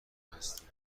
هستیم